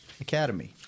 academy